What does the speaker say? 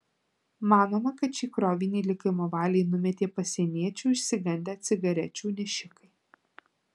manoma kad šį krovinį likimo valiai numetė pasieniečių išsigandę cigarečių nešikai